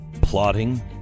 plotting